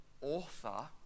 author